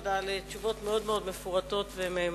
תודה על תשובות מאוד מאוד מפורטות ומהימנות.